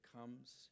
comes